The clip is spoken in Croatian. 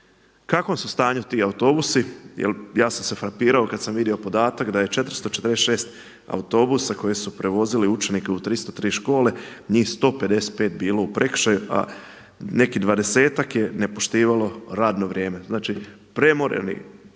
kakvom su stanju ti autobusi. Jel ja sam se frapirao kada sam vidio podatak da je 446 autobusa koji su prevozili učenike u 303 škole njih 155 bilo u prekršaju, a neki dvadesetak je ne poštivalo radno vrijeme. Znači premoreni vozači